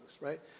right